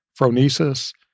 phronesis